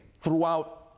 throughout